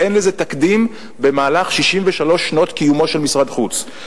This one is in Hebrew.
אין לזה תקדים ב-63 שנות קיומו של משרד החוץ.